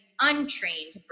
untrained